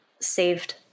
saved